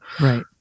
Right